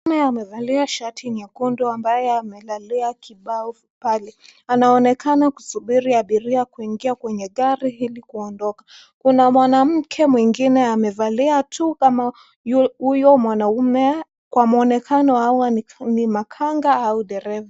Mwanaume amevalia shati nyekundu ambaye amelalia kibao pale. Anaonekana kusubiri abiria kuingia kwenye gari ili kuondoka. Kuna mwanamke mwingine amevalia tu kama huyo mwanaume. Kwa mwonekano, hawa ni makanga au dereva.